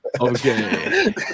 okay